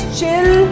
chill